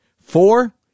Four